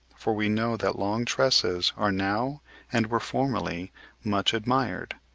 for we know that long tresses are now and were formerly much admired,